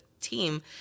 team